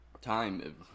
time